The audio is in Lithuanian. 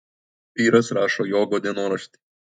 vyras rašo jogo dienoraštį